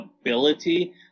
ability